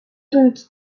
donc